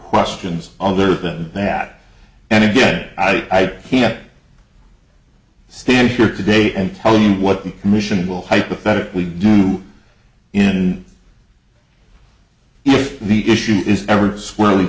questions other than that and again i can't stand here today and tell you what the commission will hypothetically do in if the issue is ever squarely